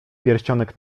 pierścionek